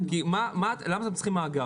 כי למה צריכים מאגר?